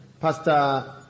Pastor